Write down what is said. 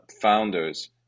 founders